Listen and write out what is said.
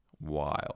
Wild